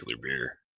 beer